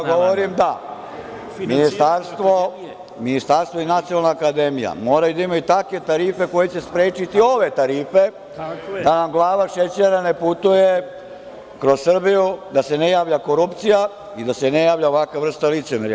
Ja govorim da ministarstvo i Nacionalna akademija, moraju da imaju takve tarife koje će sprečiti ove tarife da nam glava šećera ne putuje kroz Srbiju, da se ne javlja korupcija i da se ne javlja ovakva vrsta licemerja.